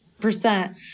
percent